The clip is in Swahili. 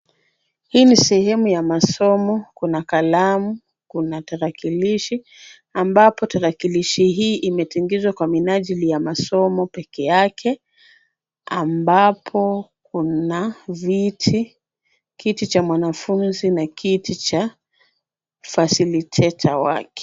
Hii ni sehemu ya masomo, kuna kalamu, kuna tarakilishi, ambapo tarakilishi hii imetengezwa kwa minajili ya masomo peke yake. Ambapo, kuna viti. Kiti cha mwanafunzi na kiti cha facilitator wake.